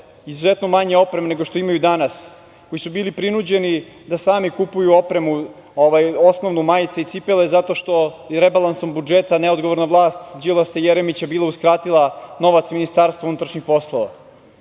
izuzetno manje opreme nego što imaju danas, koji su bili prinuđeni da sami kupuju opremu osnovnu, majice i cipele zato što je rebalansom budžeta neodgovorna vlast Đilasa i Jeremića bila uskratila novac Ministarstvu unutrašnjih poslova. Mi